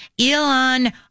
Elon